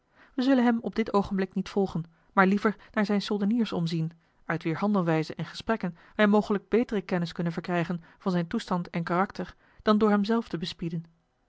wij zullen hem op dit oogenblik niet volgen maar liever naar zijne soldeniers omzien uit wier handelwijze en gesprekken wij mogelijk betere kennis kunnen verkrijgen van zijn toestand en karakter dan door hem zelf te bespieden